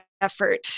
effort